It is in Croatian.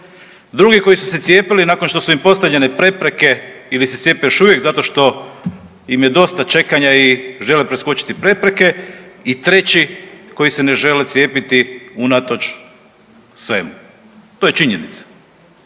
drugi koji su se cijepili nakon što su im postavljene prepreke ili se cijepe još uvijek zato što im je dosta čekanja i žele preskočiti prepreke, i treći koji se ne žele cijepiti unatoč svemu. To je činjenica.